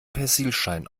persilschein